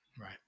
Right